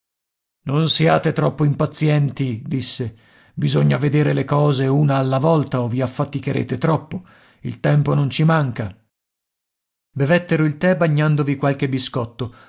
non siate troppo impazienti disse bisogna vedere le cose una alla volta o vi affaticherete troppo il tempo non ci manca bevettero il tè bagnandovi qualche biscotto